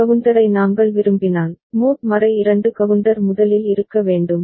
D கவுண்டரை நாங்கள் விரும்பினால் மோட் 2 கவுண்டர் முதலில் இருக்க வேண்டும்